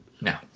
No